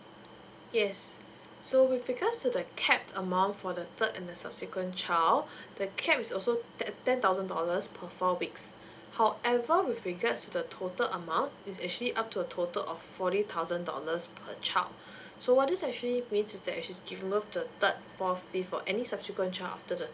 yes so with regards to the capped amount for the third and the subsequent child that cap is also ten ten thousand dollars per four weeks however with regards to the total amount is actually up to a total of forty thousand dollars per child so what this actually means is that she's given birth to the third fourth fifth or any subsequent child after the